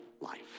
life